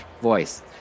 voice